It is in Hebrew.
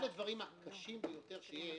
הדברים הקשים ביותר שיש,